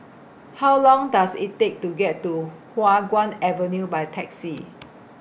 How Long Does IT Take to get to Hua Guan Avenue By Taxi